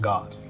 God